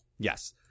Yes